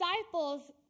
disciples